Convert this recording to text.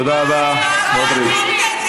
תודה רבה, סמוטריץ.